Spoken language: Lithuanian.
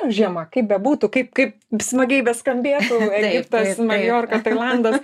žiema kaip bebūtų kaip kaip smagiai beskambėtų egiptas maljorka tailandas